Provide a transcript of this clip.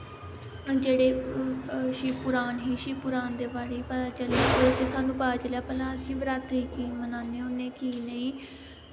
जेह्ड़े शिवपुराण हे शिवपुराण दे बारे च पता चलेआ एह्दे च स्हानू पता चलेआ भला शिवरात्री की मनान्ने होन्ने की नेंई